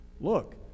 Look